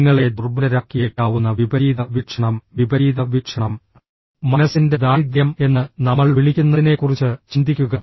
നിങ്ങളെ ദുർബലരാക്കിയേക്കാവുന്ന വിപരീത വീക്ഷണം വിപരീത വീക്ഷണം മനസ്സിന്റെ ദാരിദ്ര്യം എന്ന് നമ്മൾ വിളിക്കുന്നതിനെക്കുറിച്ച് ചിന്തിക്കുക